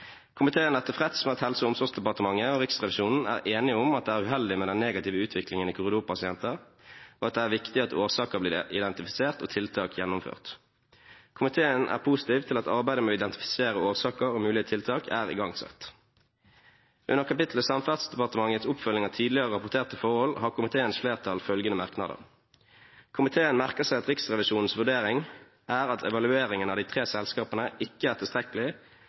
Komiteen er tilfreds med at Helse- og omsorgsdepartementet og Riksrevisjonen er enige om at det er uheldig med den negative utviklingen i antall korridorpasienter, og at det er viktig at årsaker blir identifisert og tiltak gjennomført. Komiteen er positiv til at arbeidet med å identifisere årsaker og mulige tiltak er igangsatt.» Under kapitlet Samferdselsdepartementets oppfølging av tidligere rapporterte forhold har komiteen følgende merknader: «Komiteen merker seg at Riksrevisjonens vurdering er at evalueringen av de tre selskapene ikke er tilstrekkelig